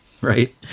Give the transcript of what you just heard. right